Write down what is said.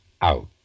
out